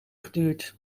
geduurd